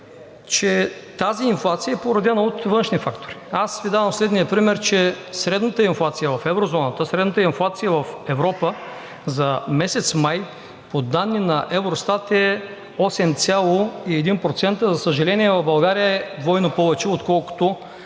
че тази инфлация е породена от външни фактори. Ще дам следния пример: средната инфлация в Еврозоната, средната инфлация в Европа за месец май по данни на Евростат е 8,1%. За съжаление, в България е двойно повече, отколкото